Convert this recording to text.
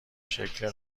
شکل